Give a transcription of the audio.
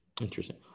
Interesting